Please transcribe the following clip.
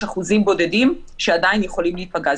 אחוזים בודדים שעדיין יכולים להיפגע.